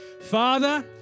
father